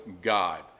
God